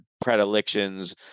predilections